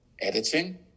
editing